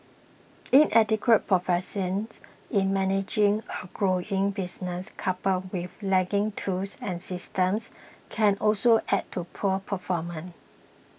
inadequate proficiency in managing a growing business coupled with lagging tools and systems can also add to poor performance